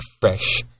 fresh